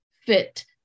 fit